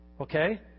Okay